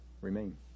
remain